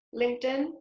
LinkedIn